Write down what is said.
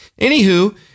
Anywho